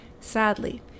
Sadly